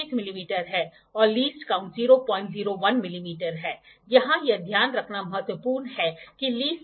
तो यह 60 डिग्री के एंगयूलर पर है और यहां इसे किसी अन्य एंगल पर काटा जाता है यह 45 डिग्री है